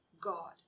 God